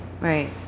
Right